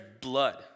blood